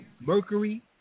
mercury